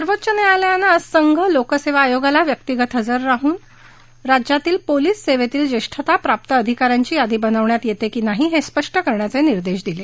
सर्वोच्च न्यायालयानं आज संघ लोक सेवा आयोगाला व्यक्तिगत हजर राहून राज्यातील पोलीस सेवेतील ज्येष्ठता प्राप्त अधिका यांची यादी बनवण्यात येते की नाही हे स्पष्ट करण्याचे निर्देश दिले